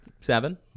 Seven